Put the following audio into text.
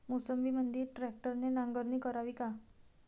मोसंबीमंदी ट्रॅक्टरने नांगरणी करावी का?